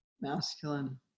Masculine